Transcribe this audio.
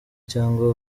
cyangwa